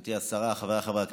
גברתי השרה, חבריי חברי הכנסת,